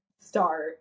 start